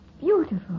beautiful